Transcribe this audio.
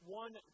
one